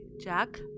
Jack